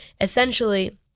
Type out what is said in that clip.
essentially